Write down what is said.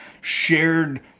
shared